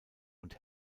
und